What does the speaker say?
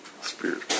Spirit